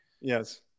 Yes